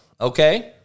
Okay